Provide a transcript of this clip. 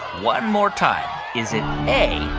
one more time is it a,